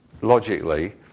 logically